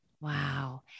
Wow